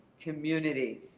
community